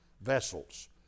vessels